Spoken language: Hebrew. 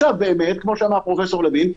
כפי שאמר פרופ' לוין,